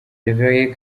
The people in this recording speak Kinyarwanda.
rev